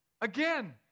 again